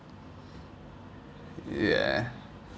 yeah